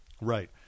Right